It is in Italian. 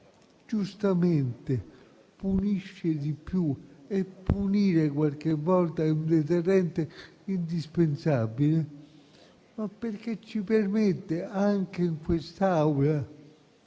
giustamente punisce di più - e punire qualche volta è un deterrente indispensabile - ma perché ci permette anche in quest'Aula